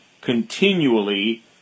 continually